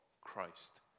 Christ